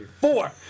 Four